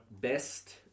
Best